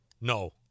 No